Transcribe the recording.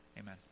amen